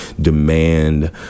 demand